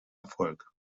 erfolg